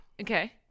Okay